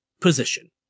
position